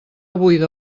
buida